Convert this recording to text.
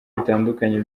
bitandukanye